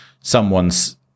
someone's